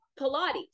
pilates